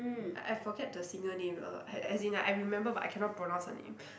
I I forget the singer name uh as as in I remember but I cannot pronounce her name